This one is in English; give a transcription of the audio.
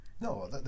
No